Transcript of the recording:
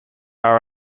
are